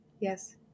Yes